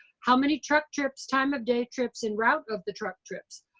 how many truck trips, time of day trips, and route of the truck trips?